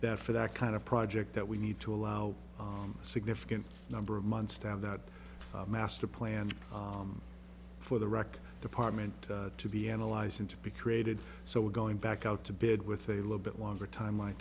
that for that kind of project that we need to allow a significant number of months to have that master plan for the record department to be analyzing to be created so we're going back out to bid with a little bit longer time